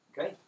Okay